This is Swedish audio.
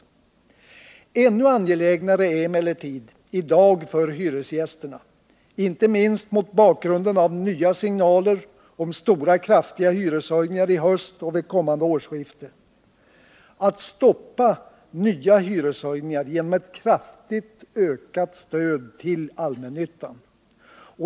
Ännu angelägnare är emellertid i dag för hyresgästerna — inte minst mot bakgrund av nya signaler om stora kraftiga hyreshöjningar i höst och vid kommande årsskifte — att stoppa nya hyreshöjningar genom ett kraftigt ökat stöd till allmännyttan.